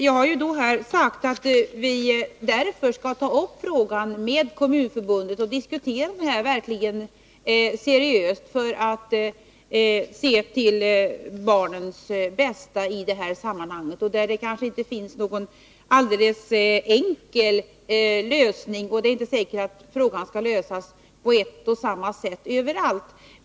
Jag har sagt att vi därför skall ta upp frågan med Kommunförbundet och verkligen diskutera den seriöst för att se till barnens bästa. Men det kanske inte finns någon helt enkel lösning på problemet, och det är inte säkert att det skall lösas på ett och samma sätt överallt.